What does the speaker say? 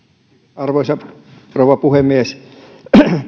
arvoisa rouva puhemies